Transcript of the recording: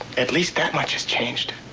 at least that much has changed.